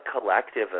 collective